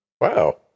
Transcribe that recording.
Wow